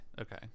Okay